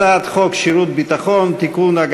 הצעת חוק שירות ביטחון (תיקון,